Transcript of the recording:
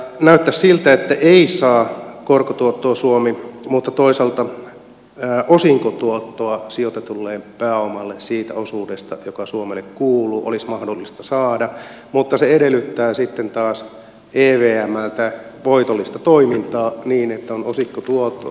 näyttäisi siltä että suomi ei saa korkotuottoa mutta toisaalta osinkotuottoa sijoitetulle pääomalleen siitä osuudesta joka suomelle kuuluu olisi mahdollista saada mutta se edellyttää sitten taas evmltä voitollista toimintaa niin että on osinkotuottoa jota sitten jakaa